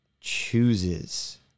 chooses